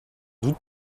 doute